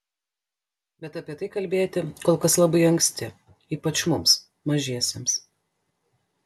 bet apie tai kalbėti kol kas labai anksti ypač mums mažiesiems